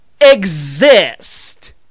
exist